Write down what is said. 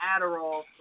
Adderall